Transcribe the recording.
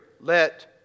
let